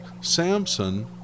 Samson